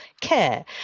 care